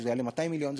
שזה יעלה 200 מיליון,